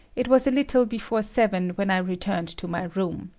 it was a little before seven when i returned to my room.